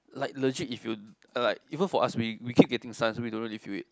like legit if you like even for us we we keep getting suns we don't really feel it